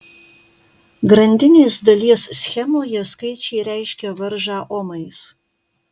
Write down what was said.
grandinės dalies schemoje skaičiai reiškia varžą omais